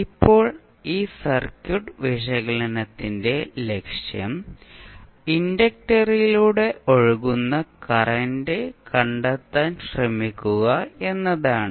ഇപ്പോൾ ഈ സർക്യൂട്ട് വിശകലനത്തിന്റെ ലക്ഷ്യം ഇൻഡക്റ്ററിലൂടെ ഒഴുകുന്ന കറന്റ് കണ്ടെത്താൻ എന്നതാണ്